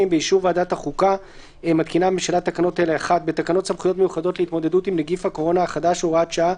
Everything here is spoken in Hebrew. לחוק סמכויות מיוחדות להתמודדות עם נגיף הקורונה החדש (הוראת שעה),